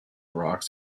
rocks